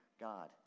god